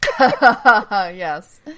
Yes